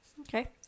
okay